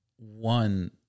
One